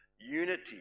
Unity